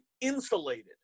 insulated